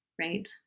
right